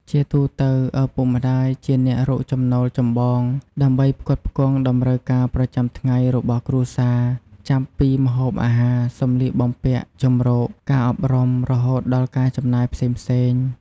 ជាទូទៅ ឪពុកម្ដាយជាអ្នករកចំណូលចម្បង ដើម្បីផ្គត់ផ្គង់តម្រូវការប្រចាំថ្ងៃរបស់គ្រួសារ ចាប់ពីម្ហូបអាហារ សម្លៀកបំពាក់ ជម្រក ការអប់រំ រហូតដល់ការចំណាយផ្សេងៗ។